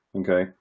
Okay